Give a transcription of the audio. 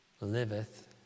liveth